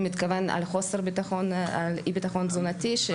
אתה מתכוון לאי-ביטחון תזונתי?